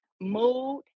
mood